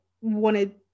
wanted